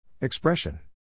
Expression